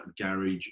garage